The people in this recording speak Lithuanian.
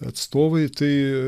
atstovai tai